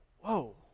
whoa